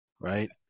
right